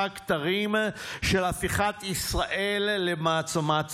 כתרים של הפיכת ישראל למעצמת סייבר?